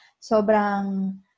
Sobrang